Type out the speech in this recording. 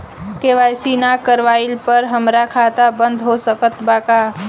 KYC ना करवाइला पर हमार खाता बंद हो सकत बा का?